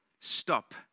stop